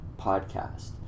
podcast